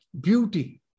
beauty